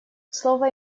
слово